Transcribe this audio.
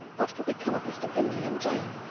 what could become of mr. bingley and jane!